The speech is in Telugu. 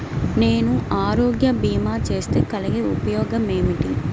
నేను ఆరోగ్య భీమా చేస్తే కలిగే ఉపయోగమేమిటీ?